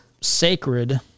sacred